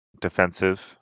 defensive